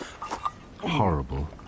Horrible